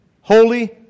Holy